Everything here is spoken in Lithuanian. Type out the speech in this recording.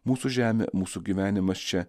mūsų žemė mūsų gyvenimas čia